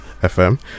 FM